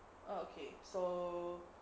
okay so